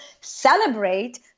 celebrate